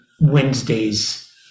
Wednesdays